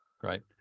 great